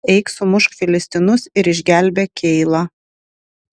eik sumušk filistinus ir išgelbėk keilą